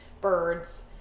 birds